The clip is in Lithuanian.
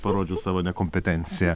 parodžiau savo nekompetenciją